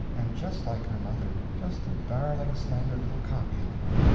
and just like her mother, just a darling slender little copy of her,